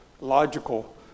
logical